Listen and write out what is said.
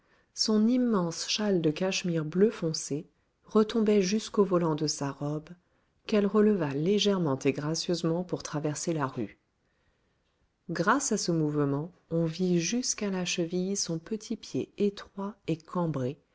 son immense châle de cachemire bleu foncé retombait jusqu'au volant de sa robe qu'elle releva légèrement et gracieusement pour traverser la rue grâce à ce mouvement on vit jusqu'à la cheville son petit pied étroit et cambré